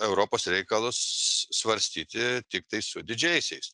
europos reikalus svarstyti tiktai su didžiaisiais